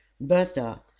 Bertha